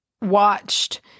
watched